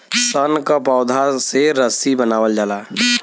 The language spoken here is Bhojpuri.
सन क पौधा से रस्सी बनावल जाला